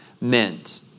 meant